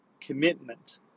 commitment